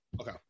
Okay